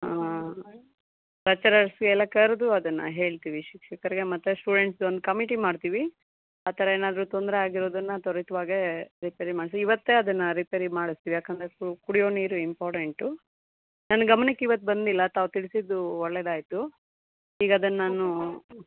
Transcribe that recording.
ಹಾಂ ಲೆಕ್ಚರರ್ಸ್ಗೆಲ್ಲ ಕರೆದು ಅದನ್ನು ಹೇಳ್ತೀವಿ ಶಿಕ್ಷಕರಿಗೆ ಮತ್ತು ಸ್ಟೂಡೆಂಟ್ಸ್ದೊಂದು ಕಮಿಟಿ ಮಾಡ್ತೀವಿ ಆ ಥರ ಏನಾದ್ರೂ ತೊಂದರೆ ಆಗಿರೋದನ್ನು ತ್ವರಿತವಾಗೇ ರಿಪೇರಿ ಮಾಡಿಸಿ ಇವತ್ತೇ ಅದನ್ನು ರಿಪೇರಿ ಮಾಡಿಸ್ತೀವಿ ಯಾಕಂದರೆ ಕುಡಿಯೋ ನೀರು ಇಂಪಾರ್ಟೆಂಟು ನನ್ನ ಗಮನಕ್ಕೆ ಇವತ್ತು ಬಂದಿಲ್ಲ ತಾವು ತಿಳಿಸಿದ್ದು ಒಳ್ಳೆಯದಾಯ್ತು ಈಗ ಅದನ್ನು ನಾನು